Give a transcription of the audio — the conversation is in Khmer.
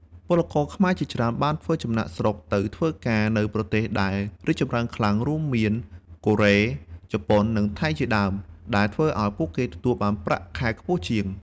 ពលករខ្មែរជាច្រើនបានធ្វើចំណាកស្រុកទៅធ្វើការនៅប្រទេសដែលរីកចម្រើនខ្លាំង រួមមានកូរ៉េ ជប៉ុន និងថៃជាដើម ដែលធ្វើឲ្យពួកគេទទួលបានប្រាក់ខែខ្ពស់ជាង។